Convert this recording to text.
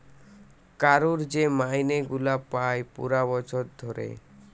কারুর যে মাইনে গুলা পায় পুরা বছর ধরে